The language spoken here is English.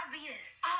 obvious